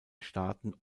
staaten